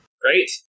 Great